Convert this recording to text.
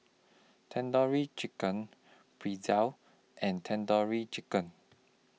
Tandoori Chicken Pretzel and Tandoori Chicken